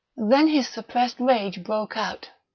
then his suppressed rage broke out.